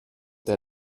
der